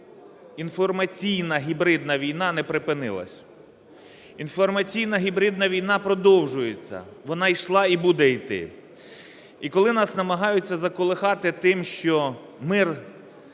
інформаційна гібридна війна не припинилась, інформаційна гібридна війна продовжується, вона йшла і буде йти. І коли нас намагаються заколихати тим, що мир